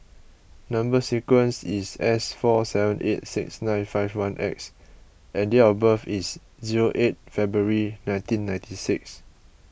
Number Sequence is S four seven eight six nine five one X and date of birth is zero eight February nineteen ninety six